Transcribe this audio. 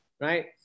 right